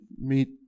meet